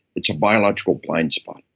it's a biological blind spot.